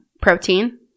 protein